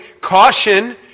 caution